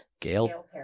Gail